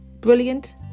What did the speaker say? brilliant